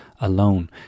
alone